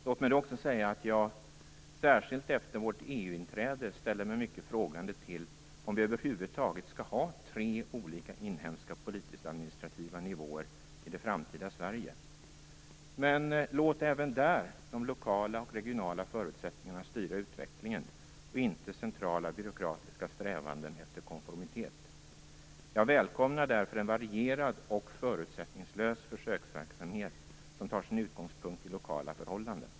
Låt mig också säga att jag särskilt efter vårt EU inträde ställer mig mycket frågande till om vi över huvud taget skall ha tre olika inhemska politisktadministrativa nivåer i det framtida Sverige. Låt även där de lokala och regionala förutsättningarna styra utvecklingen och inte centrala och byråkratiska strävanden efter konformitet. Jag välkomnar därför en varierad och förutsättningslös försöksverksamhet, som tar sin utgångspunkt i lokala förhållanden.